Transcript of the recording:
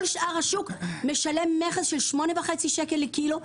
כל שאר השוק משלם מכס של 8.5 שקלים לקילו,